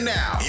now